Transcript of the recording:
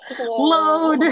load